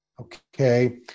Okay